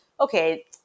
okay